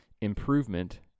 improvement